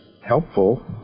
helpful